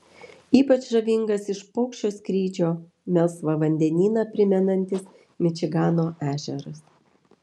ypač žavingas iš paukščio skrydžio melsvą vandenyną primenantis mičigano ežeras